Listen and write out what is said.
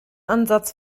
ansatz